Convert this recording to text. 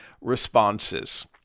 responses